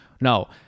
Now